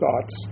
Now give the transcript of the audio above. thoughts